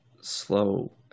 slow